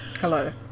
Hello